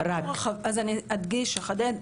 אני אחדד.